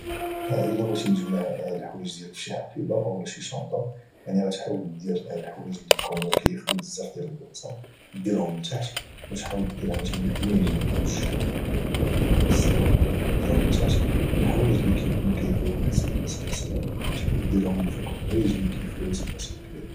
الا بغيت تجمع الحوايج ديالك بشي حقيبه اولا شي شنطه يعني غادي تحاول دير ديال الحوايج اللي كاياخذوا بزاف ديال البلاصه نديرهم لتحت وتحاول تدير عاوتاني الحوايج بحال الجواكت ولا بحال السراول ديرهم لتحت والحوايج اللي كايكونوا كياخذ واحد ليسباس صغير تحاول تديرهم من فوق الحوايج اللي كاياخذوا ليسباس كبير